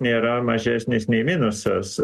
nėra mažesnis nei minusas